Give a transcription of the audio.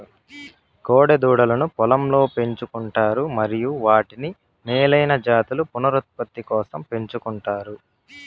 కోడె దూడలను పొలంలో పెంచు కుంటారు మరియు వాటిని మేలైన జాతుల పునరుత్పత్తి కోసం పెంచుకుంటారు